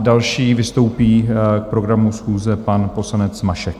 Další vystoupí k programu schůze pan poslanec Mašek.